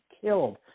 killed